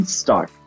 start